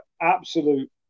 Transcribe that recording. absolute